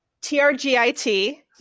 T-R-G-I-T